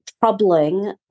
Troubling